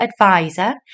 advisor